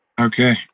Okay